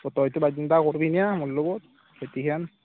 তইতো বাদ নিদিয়া কৰিবিনে মোৰ লগত খেতি খন